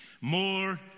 more